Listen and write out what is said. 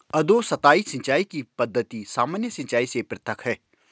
अधोसतही सिंचाई की पद्धति सामान्य सिंचाई से पृथक है